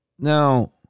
Now